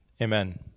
Amen